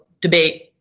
debate